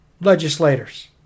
legislators